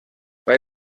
bei